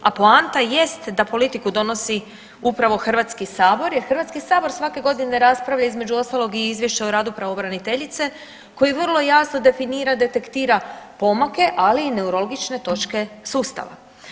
A poanta jest da politiku donosi upravo Hrvatski sabor jer Hrvatski sabor svake godine raspravlja između ostalog i izvješće o radu pravobraniteljice koji vrlo jasno definira, detektira pomake, ali i neuralgične točke sustava.